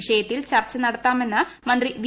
വിഷയത്തിൽപ്പ് ്ചർച്ച നടത്താമെന്ന് മന്ത്രി വി